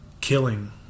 killing